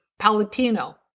Palatino